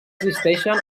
existeixen